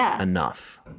enough